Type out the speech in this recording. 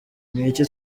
niki